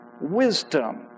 wisdom